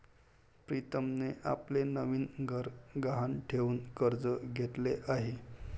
प्रीतमने आपले नवीन घर गहाण ठेवून कर्ज घेतले आहे